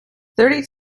thirty